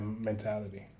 mentality